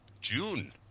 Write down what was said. June